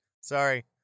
Sorry